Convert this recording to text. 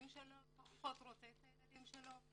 רוצה את הילדים שלו.